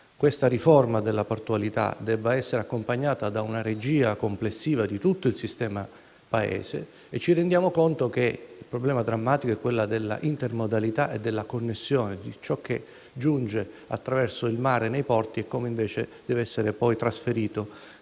cui la riforma della portualità deve essere accompagnata da una regia complessiva di tutto il sistema Paese. Ci rendiamo conto che un problema drammatico è quello dell'intermodalità e della connessione di ciò che giunge attraverso il mare nei porti (merce e passeggeri) e che deve essere poi trasferito